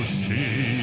see